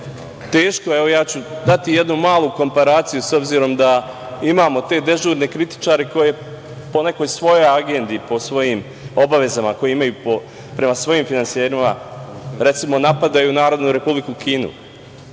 teško, evo, daću jednu malu komparaciju, s obzirom da imamo te dežurne kritičare koji po nekoj svojoj agendi, po svojim obavezama koje imaju prema svojim finansijerima, recimo, napadaju Narodnu Republiku Kinu